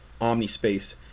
OmniSpace